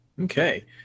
Okay